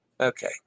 Okay